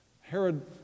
Herod